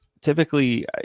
typically